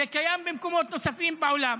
זה קיים במקומות נוספים בעולם.